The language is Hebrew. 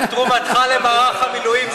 אורן, תרומתך למערך המילואים זה בעצם מנת פלאפל.